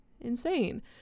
insane